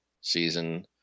season